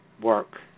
work